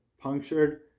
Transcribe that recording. punctured